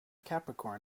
capricorn